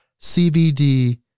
CBD